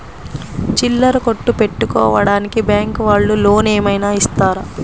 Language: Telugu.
చిల్లర కొట్టు పెట్టుకోడానికి బ్యాంకు వాళ్ళు లోన్ ఏమైనా ఇస్తారా?